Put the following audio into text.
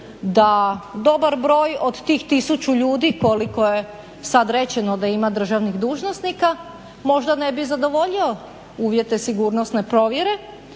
da dobar broj od tih 1000 ljudi koliko je sad rečeno da ima državnih dužnosnika možda ne bi zadovoljio uvjete sigurnosne provjere